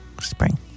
spring